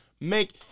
make